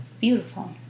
beautiful